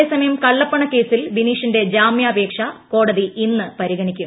അതേസമയം കള്ളപ്പണ്ക്കേസിൽ ബിനീഷിന്റെ ജാമൃാപേക്ഷ കോടതി ഇന്ന് പരിഗണിക്കും